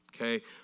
Okay